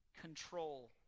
control